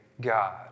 God